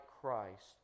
Christ